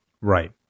Right